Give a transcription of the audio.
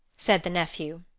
said the nephew.